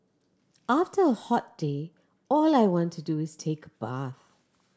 after a hot day all I want to do is take a bath